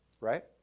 right